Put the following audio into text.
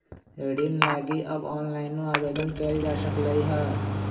ऋण लागी अब ऑनलाइनो आवेदन कएल जा सकलई ह